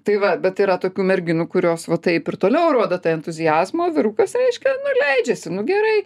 tai va bet yra tokių merginų kurios va taip ir toliau rodo tą entuziazmą o vyrukas reiškia nu leidžiasi nu gerai